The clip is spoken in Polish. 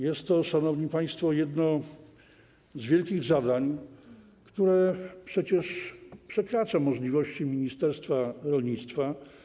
Jest to, szanowni państwo, jedno z wielkich zadań, które przekraczają możliwości ministerstwa rolnictwa.